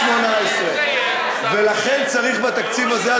18'. לכן צריך בתקציב הזה,